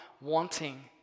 wanting